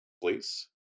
please